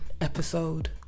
episode